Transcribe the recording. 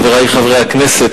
חברי חברי הכנסת,